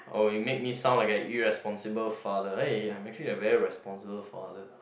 oh you make me sound like an irresponsible father eh I'm actually a very responsible father